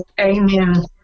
Amen